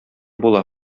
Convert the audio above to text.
була